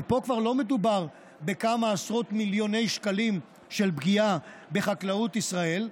ופה כבר לא מדובר בכמה עשרות מיליוני שקלים של פגיעה בחקלאות ישראל,